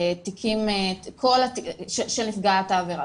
של נפגעת העבירה.